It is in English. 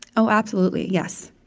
oh, absolutely, yes.